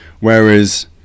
whereas